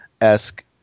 esque